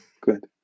Good